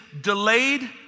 delayed